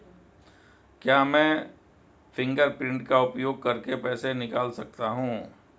क्या मैं फ़िंगरप्रिंट का उपयोग करके पैसे निकाल सकता हूँ?